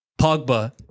Pogba